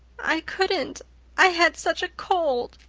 i couldn't i had such a cold!